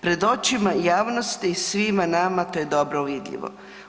Pred očima javnosti i svima nama to je dobro vidljivo.